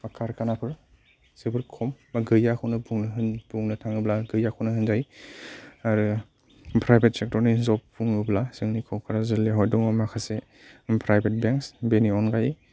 बा कारखानाफोर जोबोर खम बा गैयाखौनो बुंनो थाङोब्ला गैयाखौनो होनजायो आरो प्राइभेट सेक्ट'रनि जब बुङोब्ला जोंनि क'क्राझार जिल्लायावहाय दङ माखासे प्राइभेट बेंक्स बेनि अनगायै